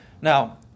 Now